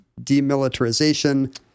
demilitarization